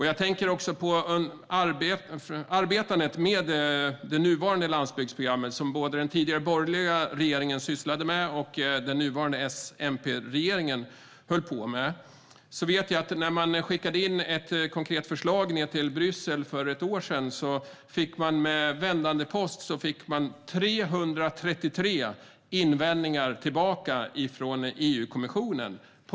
Jag tänker också på arbetet med det nuvarande landsbygdsprogrammet som både den tidigare borgerliga regeringen och den nuvarande S-MP-regeringen höll på med. Jag vet att när man skickade in ett konkret förslag till Bryssel för ett år sedan fick man med vändande post 333 invändningar från EU-kommissionen.